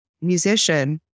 musician